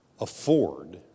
afford